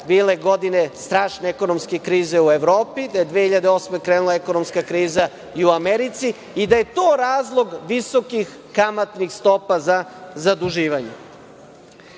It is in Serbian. bile godine strašne ekonomske krize u Evropi, da je 2008. godine krenula ekonomska kriza i u Americi i da je to razlog visokih kamatnih stopa za zaduživanje. Mislim